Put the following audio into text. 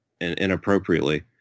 inappropriately